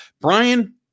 Brian